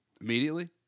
immediately